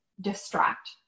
distract